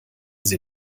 sie